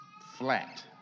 flat